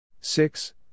six